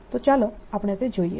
તો ચાલો આપણે તે જોઈએ